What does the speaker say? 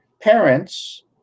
parents